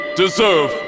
deserve